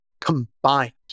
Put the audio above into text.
combined